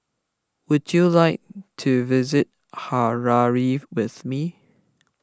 would you like to visit Harare with me